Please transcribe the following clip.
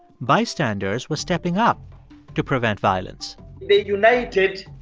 bystanders were stepping up to prevent violence they united.